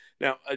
Now